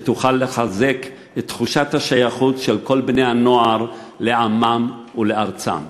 שתוכל לחזק את תחושת השייכות של כל בני-הנוער לעמם ולארצם.